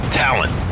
talent